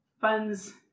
funds